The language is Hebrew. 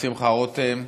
את שמחה רותם,